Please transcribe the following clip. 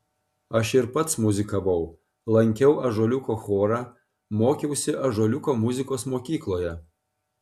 aš ir pats muzikavau lankiau ąžuoliuko chorą mokiausi ąžuoliuko muzikos mokykloje